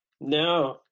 No